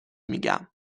میگم